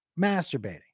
masturbating